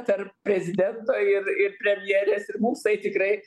tarp prezidento ir ir premjerės ir mums tai tikrai